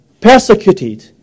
persecuted